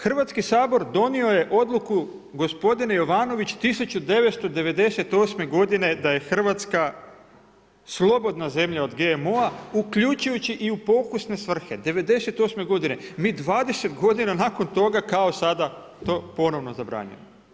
Hrvatski sabor donio je odluku gospodine Jovanović, 1998. godine da je Hrvatska slobodna zemlja od GMO-a uključujući i u pokusne svrhe. '98. godine, mi 20 godina nakon toga kao sada to ponovno zabranjujemo.